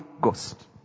Ghost